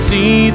See